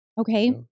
Okay